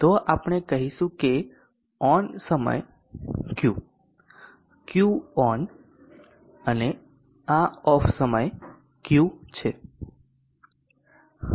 તો આપણે કહીશું કે ઓન સમય Q QON અને આ ઓફ સમય Q છે